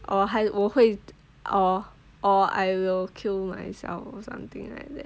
or 还我会 or or I will kill myself or something like that